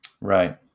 Right